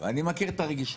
מכיר את הרגישויות,